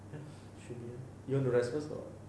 ya should be ah you want to rest first or what